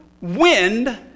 wind